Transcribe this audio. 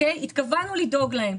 התכוונו לדאוג להן.